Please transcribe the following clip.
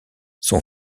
son